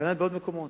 כך בעוד מקומות.